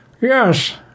yes